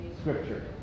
scripture